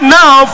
now